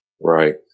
Right